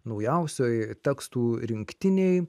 naujausioj tekstų rinktinėj